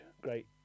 great